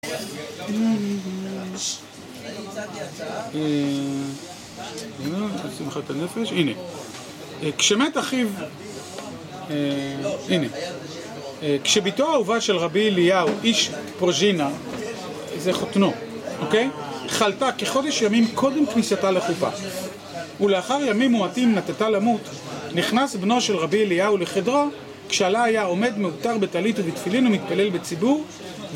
אהה, שמחת הנפש... הנה. כשמת אחיו, (הנה) כשבתו האהובה של רבי אליהו, איש פרג'ינה, זה חותנו, חלתה כחודש ימים קודם כניסתה לחופה, ולאחר ימים מועטים נטתה למות, נכנס בנו של רבי אליהו לחדרה, כשהלה היה עומד מעוטר בטלית ובתפילין ומתפלל בציבור.